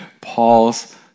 Paul's